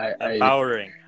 Empowering